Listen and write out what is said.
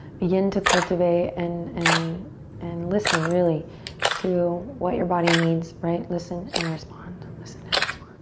begin to cultivate and and and listen really to what your body needs, right? listen and respond. listen and respond.